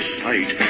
sight